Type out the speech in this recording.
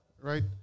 right